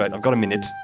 i've got a minute.